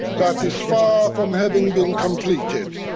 but is far from having been completed.